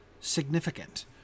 significant